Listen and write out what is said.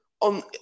on